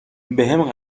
بهم